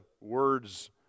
words